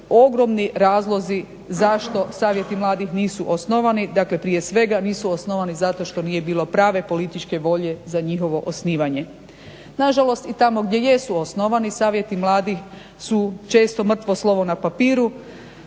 ogromni razlozi zašto Savjeti mladih nisu osnovani. Dakle, prije svega nisu osnovani zato što nije bilo prave političke volje za njihovo osnivanje. Na žalost i tamo gdje jesu osnovani Savjeti mladih su često mrtvo slovo na papiru,